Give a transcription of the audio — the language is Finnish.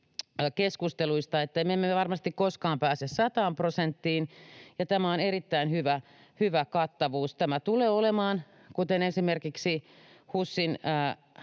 keskusteluista, ettemme varmasti koskaan pääse sataan prosenttiin, ja tämä on erittäin hyvä kattavuus. Kuten esimerkiksi HUSin